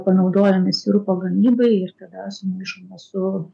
panaudojami sirupo gamybai ir tada sumaišoma su